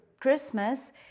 Christmas